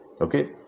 okay